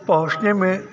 पहुँचने में